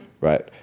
right